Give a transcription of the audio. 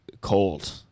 cold